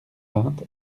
vingt